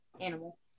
animal